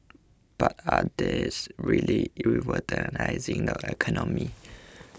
but are these really revolutionising the economy